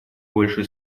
больше